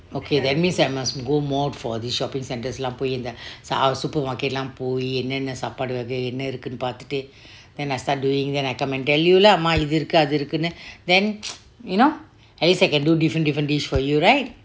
okay that means I must go more for the shopping centres lah போயி:poie supermarket lah போயி என்ன என்ன சப்பாதே வைகை என்ன இருக்கு பார்த்தே:poie enna enna sappaate vakai enna irukku partte then I start doing then I come tell you lah mah இது இருக்கே அது இருக்கே:ithu irukke athu irukke then you know at least I can do different different dish for you right